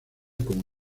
como